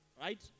right